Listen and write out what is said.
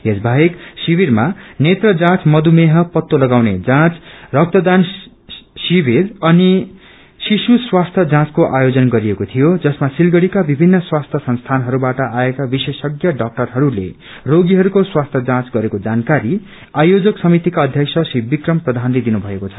यो बाहेक शिविरमा नेत्र जाँच मबुपेह पत्तो लगाउने जाँच रक्तदान शिविर अनि शिष्ट्रा स्वास्थ्य जाँचक्रो आयोजन गरिएको थियो जसमा सिलगढ़ीका विभिन्न स्वास्थ्य संस्थानहरूबाट आएका विशेषज्ञ डाक्टरहरूले रोगीहरूको स्वास्थ्य जाँच गरेको जानकारी आयोजक समितिका अध्यब्ष श्री विक्रम प्रधानले दिनुभएको छ